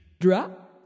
Drop